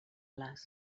les